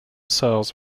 cells